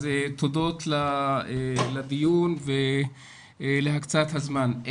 אז תודות לדיון ולהקצאת הזמן.